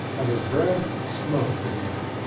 and his breath smoked again.